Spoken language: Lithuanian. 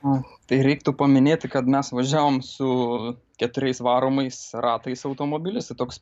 o tai reiktų paminėti kad mes važiavom su keturiais varomais ratais automobilis tai toks